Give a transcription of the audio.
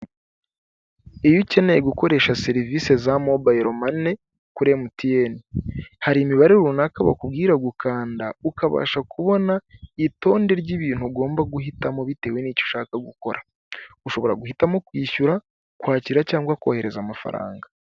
Iyo ukeneye gukoresha serivisi za mobayiro mane kuri emutiyene, hari imibare runaka bakubwira gukanda ukabasha kubona itonde ry'ibintu ugomba guhitamo bitewe n'icyo ushaka gukora, ushobora guhitamo kwishyura kwakira cyangwa kohereza amafaranga.